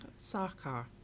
Sarkar